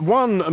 one